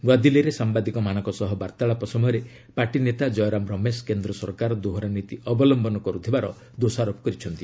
ନୂଆଦିଲ୍ଲୀରେ ସାମ୍ଭାଦିକମାନଙ୍କ ସହ ବାର୍ଭାଳାପ ସମୟରେ ପାର୍ଟି ନେତା ଜୟରାମ ରାମେଶ କେନ୍ଦ୍ର ସରକାର ଦୋହରା ନୀତି ଅବଲମ୍ଭନ କରୁଥିବାର ଦୋଷାରୋପ କରିଛନ୍ତି